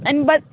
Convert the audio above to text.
आणि बस